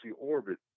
orbit